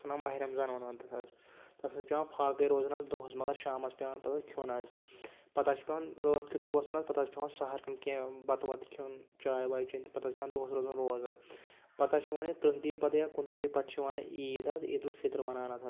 تَتھ وَنان ماہِ رمضان وَنان تَتھ حظ تَتھ منٛز چھِ پٮ۪وان فاقٕے روزُن حظ دۄہَس مگر شامَس پٮ۪وان پَتہٕ کھیٚون حظ پَتہٕ حظ چھِ پٮ۪وان رٲتھ کیُتھٕے وۄتھُن حظ پَتہٕ حظ چھِ پٮ۪وان سَحر کھیٚوُن کینٛہہ بَتہٕ وَتہٕ کھیٚون چاے واے چیٚنۍ تہٕ پَتہٕ حظ چھِ پٮ۪وان دۄہَس روزُن روزدَر پَتہٕ حظ چھِ وَنان یہِ تٕرٛہ دۄہٕے پَتہٕ یا کُنترٕٛہ دۄہۍ پَتہٕ چھِ یِوان عیٖد حظ عیٖد الفطر وَنان اَتھ حظ